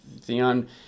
Theon